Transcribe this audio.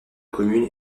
commune